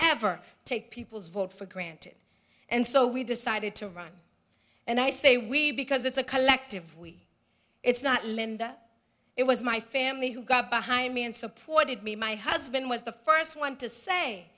ever take people's vote for granted and so we decided to run and i say we because it's a collective with it's not linda it was my family who got behind me and supported me my husband was the first one to say